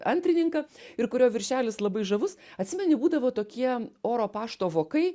antrininką ir kurio viršelis labai žavus atsimeni būdavo tokie oro pašto vokai